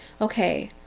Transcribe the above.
okay